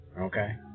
Okay